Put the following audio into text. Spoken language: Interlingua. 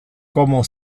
como